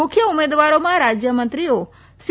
મુખ્ય ઉમેદવારોમાં રાજ્ય મંત્રીઓ સી